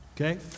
Okay